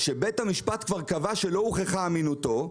שבית המשפט כבר קבע שלא הוכחה אמינותו,